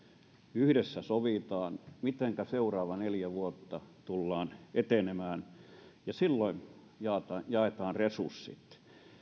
yhdessä sovitaan mitenkä seuraavat neljä vuotta tullaan etenemään ja silloin jaetaan resurssit